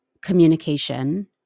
communication